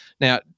Now